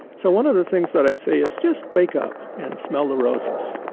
so one of the things that i say is just wake up and smell the roses.